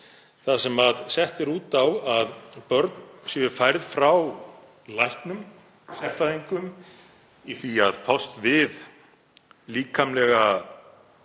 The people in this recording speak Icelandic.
þar sem sett er út á að börn séu færð frá læknum, sérfræðingum í því að fást við líkamlega